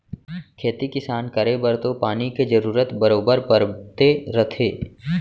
खेती किसान करे बर तो पानी के जरूरत बरोबर परते रथे